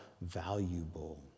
valuable